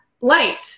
light